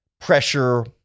pressure